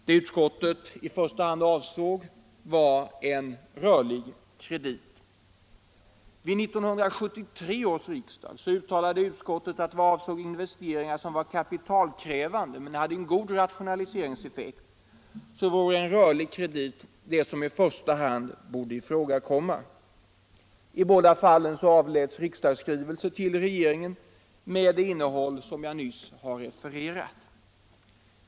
Det som utskottet då i första hand avsåg borde övervägas var en rörlig kredit. Vid 1973 års riksdag uttalade utskottet att vad beträffade investeringar som var kapitalkrävande men hade god rationaliseringseffekt vore en rörlig kredit det som i första hand borde ifrågakomma. I båda fallen avläts riksdagsskrivelser till regeringen med det innehåll som jag här har refererat.